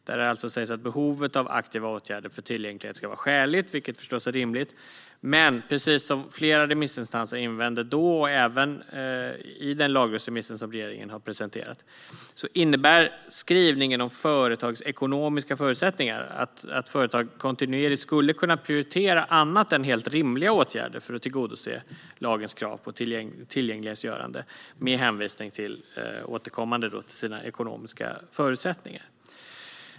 Där säger man att behovet av aktiva åtgärder för tillgänglighet ska vara skäligt, vilket förstås är rimligt. Men precis som flera remissinstanser invände då och i den lagrådsremiss som regeringen har presenterat innebär skrivningen om företagsekonomiska förutsättningar att företag kontinuerligt skulle kunna prioritera annat än helt rimliga åtgärder för att tillgodose lagens krav på tillgänglighetsgörande med återkommande hänvisningar till sina ekonomiska förutsättningar.